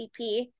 CP